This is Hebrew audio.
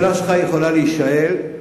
השאלה שלך יכולה להישאל,